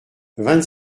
vingt